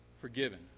forgiven